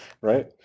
Right